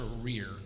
career